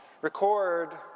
record